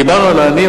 דיברנו על העניים,